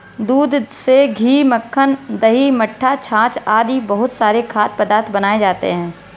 दूध से घी, मक्खन, दही, मट्ठा, छाछ आदि बहुत सारे खाद्य पदार्थ बनाए जाते हैं